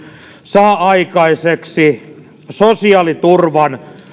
saa aikaiseksi sosiaaliturvan